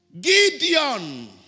Gideon